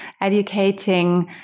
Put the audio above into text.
educating